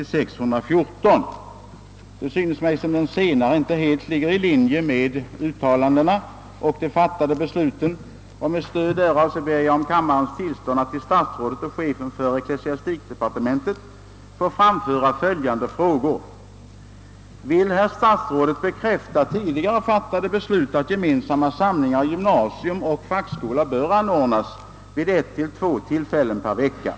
I några yttranden synes vissa uttalanden av GU närmast ha tolkats så, att enligt utredningens mening ämnen med etisk eller religiös anknytning inte borde få beröras vid gemensam samling. För egen del tolkar jag inte GU på detta sätt. Jag anser att i den mån samlingar ägnas mer allmänna ämnen och frågor, som inte omedelbart berör skolans arbete eller planerna härför, kan och bör dessa självfallet inte begränsas till vissa ämnesområden eller generellt utesluta andra. Av vikt är emellertid att den gemensamma samlingen varken genom sitt innehåll eller sin utformning strider mot vad som är förenligt med vissa elevers religiösa uppfattning eller inställning i livsåskådningsfrågor överhu Vd sc 28 Läroplanen för gymnasiet 1965 anger: »Sådana samlingar bör förekomma vid 1—2 tillfällen per vecka ...